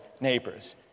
neighbors